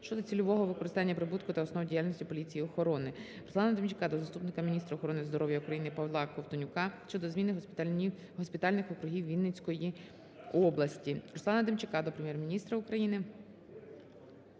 щодо цільового використання прибутку та основ діяльності поліції охорони. Руслана Демчака до заступника міністра охорони здоров'я України Павла Ковтонюка щодо змін госпітальних округів Вінницької області.